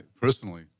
personally